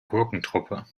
gurkentruppe